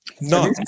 No